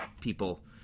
people